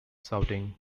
shouting